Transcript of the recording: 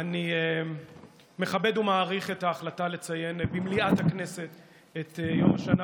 אני מכבד ומעריך את ההחלטה לציין במליאת הכנסת את יום השנה